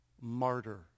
Martyr